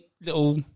little